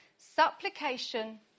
supplication